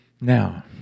now